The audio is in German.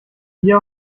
bier